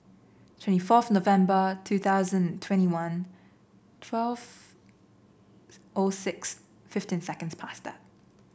twenty fourth November two thousand twenty one twelve O six fifteen seconds pasta